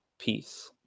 Peace